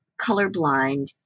colorblind